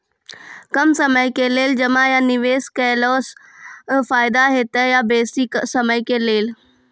कम समय के लेल जमा या निवेश केलासॅ फायदा हेते या बेसी समय के लेल?